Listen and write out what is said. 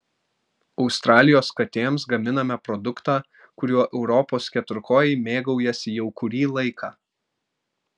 australijos katėms gaminame produktą kuriuo europos keturkojai mėgaujasi jau kurį laiką